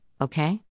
okay